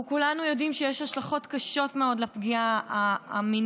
אנחנו כולנו יודעים שיש השלכות קשות מאוד לפגיעה המינית,